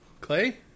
Clay